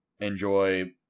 enjoy